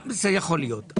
זה יכול להיות.